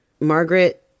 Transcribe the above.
Margaret